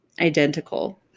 identical